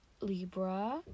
Libra